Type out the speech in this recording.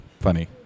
funny